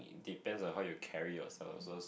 depends on how you carry yourself also so